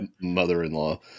mother-in-law